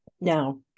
Now